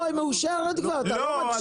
לא, היא כבר מאושרת, אתה לא מקשיב.